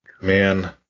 man